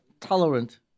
tolerant